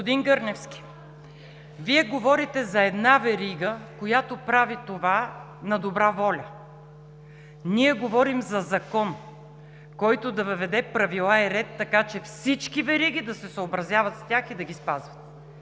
Господин Гърневски, Вие говорите за една верига, която прави това на добра воля. Ние говорим за закон, който да въведе правила и ред, така че всички вериги да се съобразяват с тях и да ги спазват.